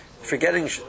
forgetting